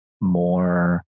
more